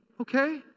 Okay